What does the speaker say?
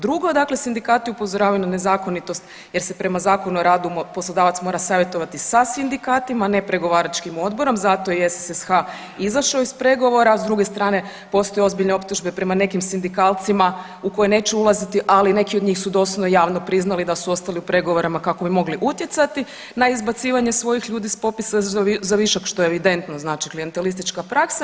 Drugo, dakle sindikati upozoravaju na nezakonitost jer se prema Zakon o radu poslodavac mora savjetovati sa sindikatima, a ne pregovaračkim odborom zato je i SSH izašao iz pregovora, a s druge strane postoje ozbiljne optužbe prema nekim sindikalcima u koje neću ulaziti ali neki od njih su doslovno javno priznali da su ostali u pregovorima kako bi mogli utjecati na izbacivanje svojih ljudi s popisa za višak što je evidentno znači klijentelistička praksa.